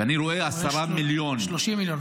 ואני רואה 10 מיליון --- 30 מיליון,